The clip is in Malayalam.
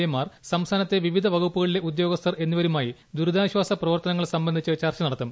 എമാർപ്പിസ്ഥാനത്തെ വിവിധ വകുപ്പുകളിലെ ഉദ്യോഗസ്ഥർ ് എന്നിവരുമായി ദുരിതാശ്വാസ പ്രവർത്തനങ്ങൾ സംബന്ധിച്ച് ചർച്ച നടത്തും